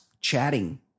chatting